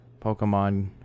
pokemon